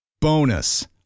Bonus